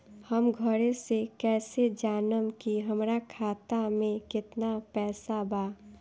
हम घरे से कैसे जानम की हमरा खाता मे केतना पैसा बा?